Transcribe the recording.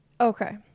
Okay